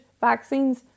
vaccines